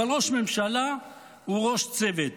אבל ראש ממשלה הוא ראש צוות,